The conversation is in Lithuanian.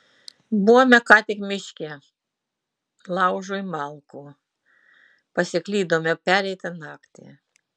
buvome ką tik miške laužui malkų pasiklydome pereitą naktį